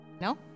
No